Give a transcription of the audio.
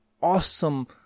awesome